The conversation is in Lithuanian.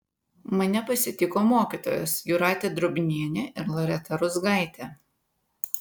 mane pasitiko mokytojos jūratė drobnienė ir loreta ruzgaitė